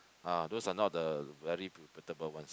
ah those are not the very reputable ones